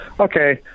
okay